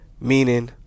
Meaning